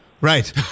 Right